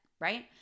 Right